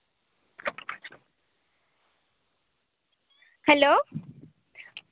hello